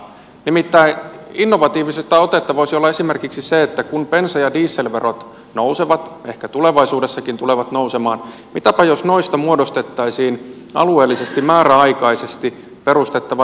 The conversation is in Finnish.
nimittäin innovatiivista otetta voisi olla esimerkiksi se että kun bensa ja dieselverot nousevat ehkä tulevaisuudessakin tulevat nousemaan mitäpä jos noista muodostettaisiin alueellisesti määräaikaisesti perustettava tierahasto